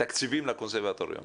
תקציבים לקונסרבטוריונים.